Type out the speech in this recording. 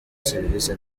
serivisi